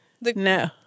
No